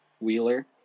wheeler